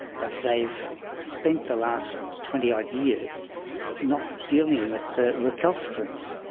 but they've spent the last twenty odd years not dealing with the recalcitrants.